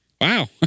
Wow